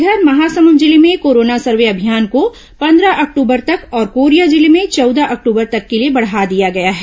इधर महासमुद जिले में कोरोना सर्वे अभियान को पंद्रह अक्टूबर तक और कोरिया जिले में चौदह अक्टूबर तक के लिए बढ़ा दिया गया है